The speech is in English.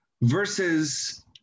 versus